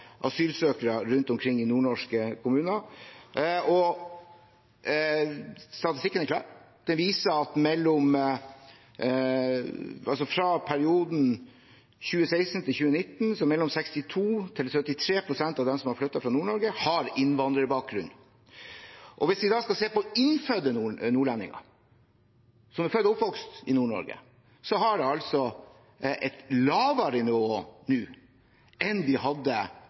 asylsøkere rundt omkring i nordnorske kommuner. Statistikken er klar. Den viser at mellom 62 pst. og 73 pst. av dem som har flyttet fra Nord-Norge i perioden 2016–2019, har innvandrerbakgrunn. Hvis vi ser på innfødte nordlendinger, som er født og oppvokst i Nord-Norge, er det et lavere nivå nå enn